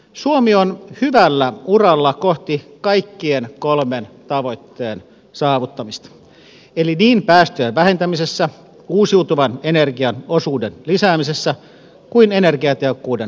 suomi on hyvällä uralla kohti kaikkien kolmen tavoitteen saavuttamista eli niin päästöjen vähentämisessä uusiutuvan energian osuuden lisäämisessä kuin energiatehokkuuden parantamisessa